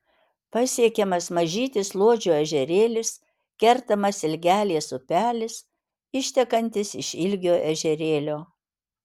pasiekiamas mažytis luodžio ežerėlis kertamas ilgelės upelis ištekantis iš ilgio ežerėlio